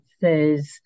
says